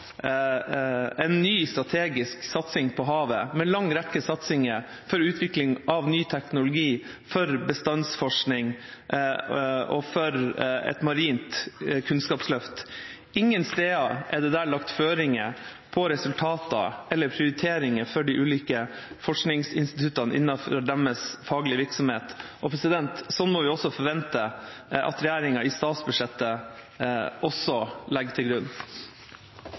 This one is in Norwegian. en ny strategisk satsing på havet, med en lang rekke satsinger på utvikling av ny teknologi for bestandsforskning og for et marint kunnskapsløft. Ingen steder er det der lagt føringer for resultater eller prioriteringer for de ulike forskningsinstituttene innenfor deres faglige virksomhet. Det må vi forvente at regjeringa i statsbudsjettet også legger til grunn.